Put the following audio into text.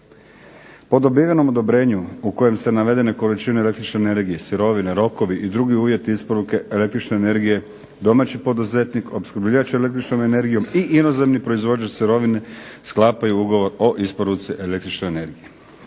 Po dobivenom odobrenju u kojem se navedene količine električne energije, sirovine, rokovi i drugi uvjeti isporuke električne energije, domaći poduzetnik, opskrbljivač električnom energijom i inozemni proizvođač sirovine sklapaju ugovor o isporuci električne energije.